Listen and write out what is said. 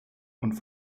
und